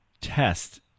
test